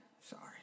Sorry